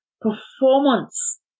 performance